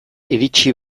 iritsi